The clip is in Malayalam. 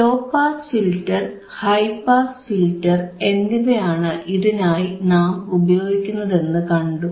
law pass filter high pass filter എന്നിവയാണ് ഇതിനായി നാം ഉപയോഗിക്കുന്നതെന്നു കണ്ടു